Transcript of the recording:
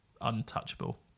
untouchable